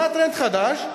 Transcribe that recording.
מה הטרנד החדש?